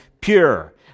pure